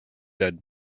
dead